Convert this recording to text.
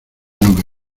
nube